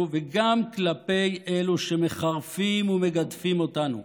וגם כלפי אלו שמחרפים ומגדפים אותנו.